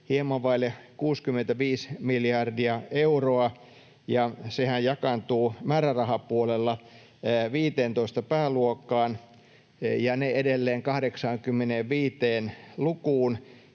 hieman vaille 65 miljardia euroa, ja sehän jakaantuu määrärahapuolella 15 pääluokkaan ja ne edelleen 85 lukuun